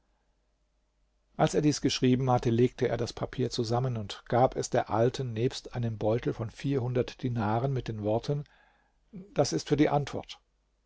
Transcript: als er dies geschrieben hatte legte er das papier zusammen und gab es der alten nebst einem beutel von vierhundert dinaren mit den worten das ist für die antwort